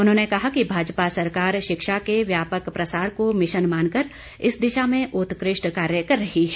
उन्होंने कहा कि भाजपा सरकार शिक्षा के व्यापक प्रसार को मिशन मानकर इस दिशा में उत्कृष्ट कार्य कर रही है